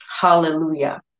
Hallelujah